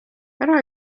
ära